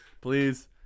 please